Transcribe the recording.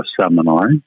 seminar